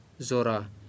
zora